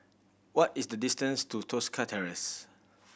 what is the distance to Tosca Terrace